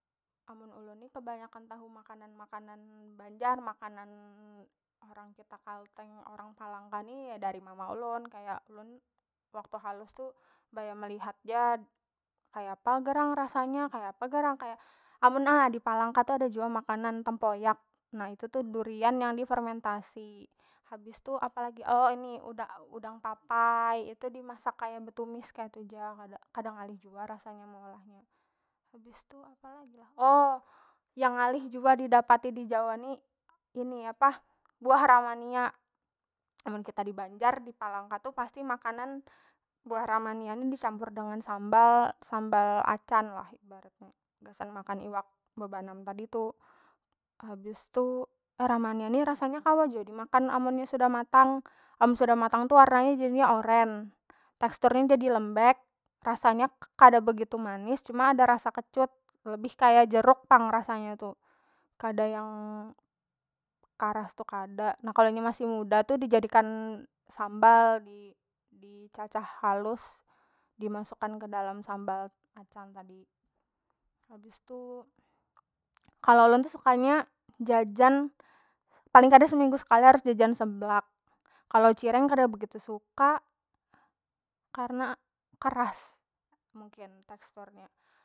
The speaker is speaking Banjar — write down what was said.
Amun ulun ni tebanyakan tahu makanan- makanan banjar makanan orang kita kalteng orang palangka ni ya dari mama ulun kaya ulun waktu halus tu baya melihat ja kaya apa gerang rasanya kaya apa gerang kaya, amun na dipalangka tu ada jua makanan tempoyak na itu tu durian yang difermentasi habis tu apalagi oh ini udang papai itu dimasak kaya betumis ketu ja kada- kada ngalih jua rasanya meolahnya. Habis tu apalagi lah oh yang ngalih jua didapati di jawa ni- ini apa buah ramania amun kita di banjar di palangka tu pasti makanan buah ramania ni dicampur dengan sambal- sambal acan lah ibaratnya gasan makan iwak bebanam tadi tu habis tu ramania ni rasanya kawa jua dimakan amun nya sudah matang mun nya sudah matang tu warna nya jadinya oren tekstur nya jadi lembek rasanya kada begitu manis cuma ada rasa kecut lebih kaya jeruk pang rasanya tu kada yang karas tu kada na kalo nya masih muda tu dijadikan sambal di- di cacah halus dimasukan kedalam sambal acan tadi, habis tu kalo ulun tu sukanya jajan paling kada seminggu sekali harus jajan seblak kalo cireng kada begitu suka karna karas mungkin tekstur nya.